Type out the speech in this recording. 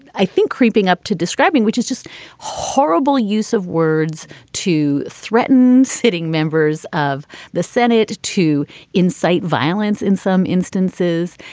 i think, creeping up to describing, which is just horrible use of words to threaten sitting members of the senate to incite violence in some instances.